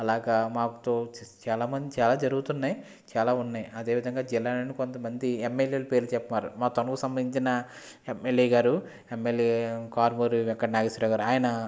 అలాగా మాకు చాలా మంది చాలా జరుగుతున్నాయి చాలా ఉన్నాయి అదే విధంగా జిల్లాలోని కొంతమంది ఎమ్మెల్యేల పేర్లు చెప్పామన్నారు మా తణుక్కు సంబంధించిన ఎమ్మెల్యేగారు ఎమ్మెల్యే కారుమూరి రావు గా నాగేశ్వరావు గారు ఆయన